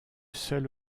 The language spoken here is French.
seul